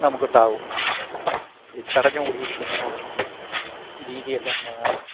നമുക്കുണ്ടാകും ഈ ചടഞ്ഞ് കൂടിയിരിക്കുന്ന ആ രീതിയെല്ലാം മാറി